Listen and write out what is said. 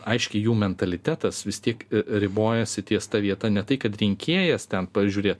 aiškiai jų mentalitetas vis tiek ribojasi ties ta vieta ne tai kad rinkėjas ten pažiūrėt